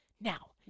now